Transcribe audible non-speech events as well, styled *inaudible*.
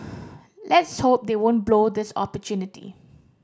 *noise* let's hope they won't blow this opportunity